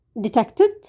detected